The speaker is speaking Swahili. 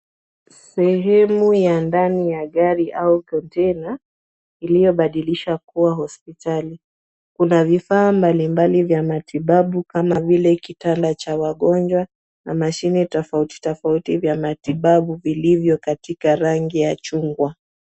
Sehemu ya ndani ya gari au kontena iliyobadilishwa kuwa hospitali. Kuna vifaa mbali mbali vya matibabu kama vile kitanda cha wagonjwa na mashine tofauti tofauti vya matibabu vilivyo katika rangi ya chungwa.